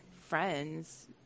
friends